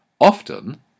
Often